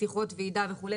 שיחות ועידה וכו'.